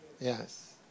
Yes